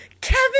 Kevin